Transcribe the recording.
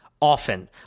often